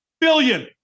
billion